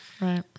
Right